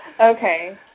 Okay